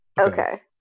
Okay